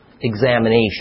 examination